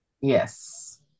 yes